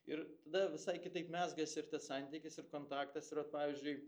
ir tada visai kitaip mezgasi ir tas santykis ir kontaktas ir ot pavyzdžiui